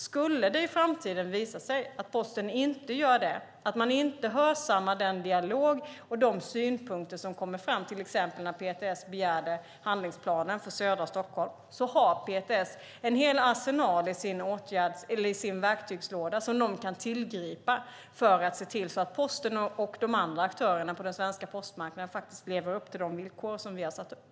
Skulle det i framtiden visa sig att Posten inte gör det och inte hörsammar den dialog och de synpunkter som kommer fram, till exempel när PTS begärde handlingsplanen för södra Stockholm, har PTS en hel arsenal i sin verktygslåda som den kan tillgripa för att se till att Posten och de andra aktörerna på den svenska postmarknaden lever upp till de villkor som vi har satt upp.